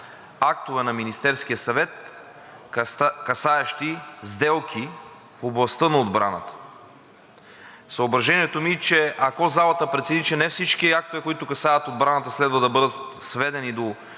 „актове на Министерския съвет, касаещи сделки в областта на отбраната“. Съображението ми е, че ако залата прецени, не всички актове, които касаят отбраната, следва да бъдат сведени до